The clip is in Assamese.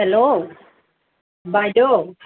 হেলৌ বাইদেউ